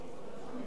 לאומי-אזרחי,